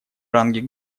ранге